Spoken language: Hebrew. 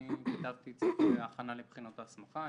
ואני כתבתי את ספרי ההכנה לבחינות ההסמכה.